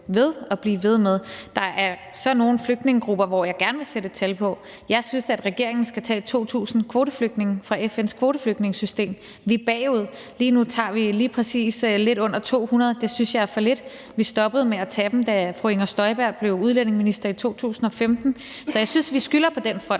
ved og blive ved med at gøre. Der er så nogle flygtningegrupper, hvor jeg gerne vil sætte et tal på. Jeg synes, at regeringen skal tage 2.000 kvoteflygtninge fra FN's kvoteflygtningesystem. Vi er bagud; lige nu tager vi lige præcis lidt under 200. Det synes jeg er for lidt. Vi stoppede med at tage dem, da fru Inger Støjberg blev udlændingeminister i 2015, så jeg synes, vi skylder på den front.